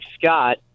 scott